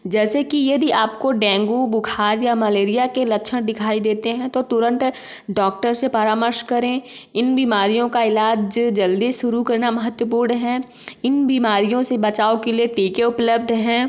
जैसे कि यदि आपको डेंगू बुखार या मलेरिया के लक्षण दिखाई देते हैं तो तुरंत डॉक्टर से परामर्श करें इन बीमारियों का इलाज़ जल्दी शुरू करना महत्वपूर्ण है इन बीमारियों से बचाव के लिए टीके उपलब्ध हैं